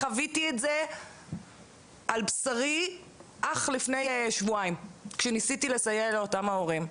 חוויתי את זה על בשרי אך לפני שבועיים כשניסיתי לסייע לאותם ההורים.